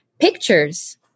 pictures